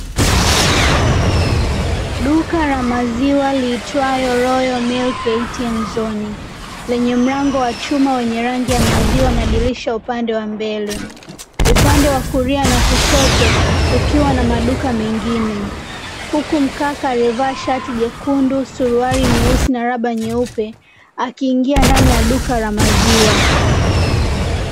Duka la maziwa liitwalo ROYAL MILK ATM ZONE lenye mlango wa chuma wenye rangi ya maziwa na dirisha upande wa mbele, upande wa kulia na kushoto kukiwa na maduka mengine huku mkaka aliyevaa shati jekundu suruali nyeusi na raba nyeupe akiingia ndani ya duka la maziwa.